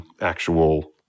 actual